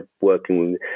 working